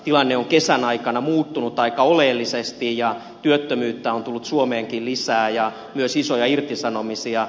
tilanne on kesän aikana muuttunut aika oleellisesti ja työttömyyttä on tullut suomeenkin lisää ja myös isoja irtisanomisia